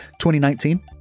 2019